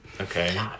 Okay